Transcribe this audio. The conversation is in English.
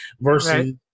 Versus